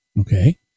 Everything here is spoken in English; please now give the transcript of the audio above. Okay